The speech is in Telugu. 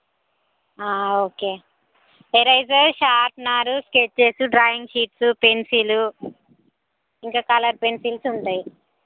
okay eraser sharpener sketches drawing sheets pencil ఇంకా కలర్ పెన్సిల్స్ ఉంటాయి